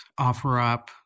OfferUp